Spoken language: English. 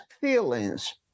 feelings